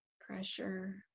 pressure